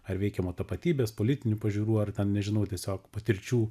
ar veikiamo tapatybės politinių pažiūrų ar ten nežinau tiesiog patirčių